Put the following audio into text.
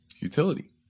utility